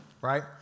right